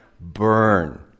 burn